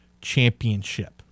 championship